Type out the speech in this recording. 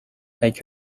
make